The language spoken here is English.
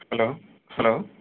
hello hello